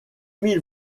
mille